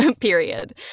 Period